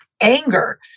anger